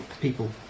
people